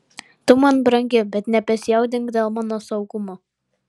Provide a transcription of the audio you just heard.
tu man brangi bet nebesijaudink dėl mano saugumo